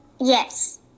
Yes